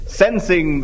sensing